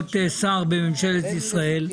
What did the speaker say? להיות שר בממשלת ישראל.